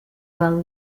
well